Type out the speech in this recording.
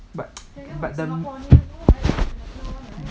but but the